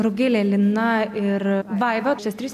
rugilė lina ir vaiva šias tris